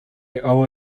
owe